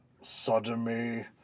sodomy